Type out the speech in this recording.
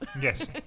Yes